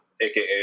aka